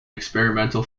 experimental